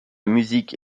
musique